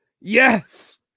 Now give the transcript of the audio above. Yes